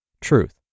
Truth